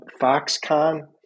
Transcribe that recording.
Foxconn